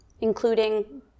including